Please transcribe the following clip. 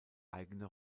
eigene